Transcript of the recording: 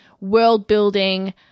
world-building